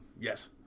Yes